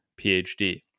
phd